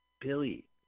Billy